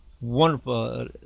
wonderful